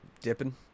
dipping